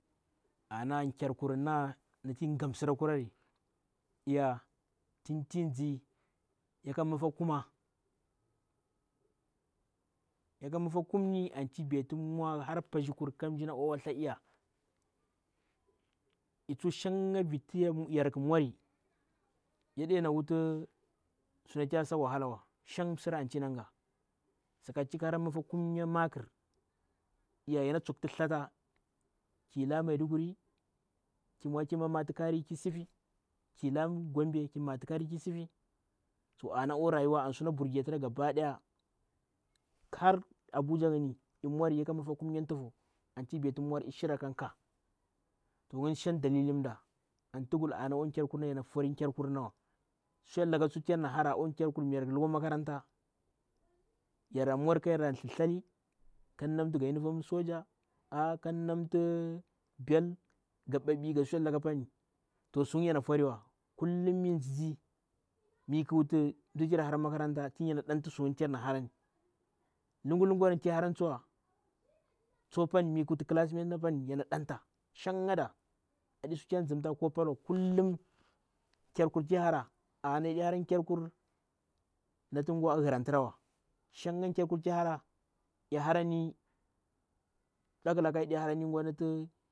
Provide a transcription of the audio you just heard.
Ana kyer kurunna i gham sirakurari eiya tinti ndzi yaka mifah kuma, yaka mifah kumni anti baiti hara patshy kar ka mmiyi na oal oal tshha eiya ei tsu shanga viti yarkhu mwari. Yaɗena wuti suti yasa wahalawa shan msira anti yana gha. Saka ti eihara mifah kummay makr eiya yana tsoki tshata kilaa maiduguri ki mwa ki mamati kari kisifi kilaa gombe kimati kari kisifi. To ana akwa rayuwa ansuna bwrge tira gaba day har abuja ngni ei mwari yaka mifah kummya tugh ki kah to ngni shang ɗalilin mda, anti ghu wuta ana yaɗe ta fori kejerku runnawa. Suyellaka tsuwa ti yarna hara oa kyerkur mi yarkhto makaranta yara mwari ka yarra tsthi thtali, kayar namtu ga uniform soldier, belt, ga mɓabi ga suyallaka pani sungni yana foriwa. Kullum mi ndizin ndzi mi wuta mmsijii yer ti yar hara makaranta, tin yana ɗantu suyerngni tiyar harani lungu ngni ti hara shanga mi wuti classmate yerna tin yana ɗanta shanga da aɗi suti ya ndzemta kullum leyer kurti hara ana yaɗi hara kyerkir nati gwa a gharanti rawa shanga kyerkir eiharani mbdakhlaka.